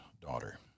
daughter